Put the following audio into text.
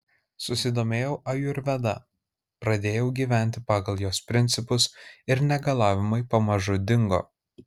susidomėjau ajurveda pradėjau gyventi pagal jos principus ir negalavimai pamažu dingo